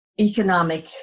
economic